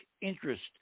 interest